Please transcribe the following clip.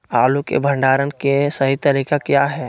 आलू के भंडारण के सही तरीका क्या है?